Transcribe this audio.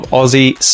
Aussie